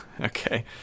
Okay